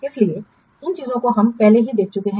इसलिए इन चीजों को हम पहले ही देख चुके हैं